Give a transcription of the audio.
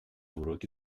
уроки